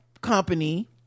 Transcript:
company